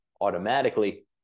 automatically